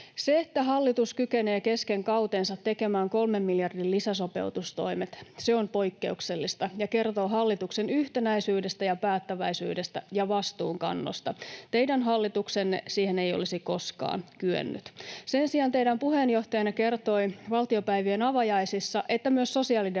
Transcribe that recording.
Se, että hallitus kykenee kesken kautensa tekemään kolmen miljardin lisäsopeutustoimet, on poikkeuksellista ja kertoo hallituksen yhtenäisyydestä ja päättäväisyydestä ja vastuunkannosta. Teidän hallituksenne siihen ei olisi koskaan kyennyt. Sen sijaan teidän puheenjohtajanne kertoi valtiopäivien avajaisissa, että myös sosiaalidemokraatit,